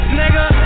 nigga